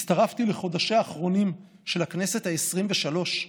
הצטרפתי לחודשיה האחרונים של הכנסת העשרים-ושלוש,